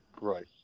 Right